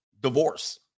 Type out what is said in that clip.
Divorce